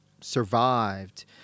survived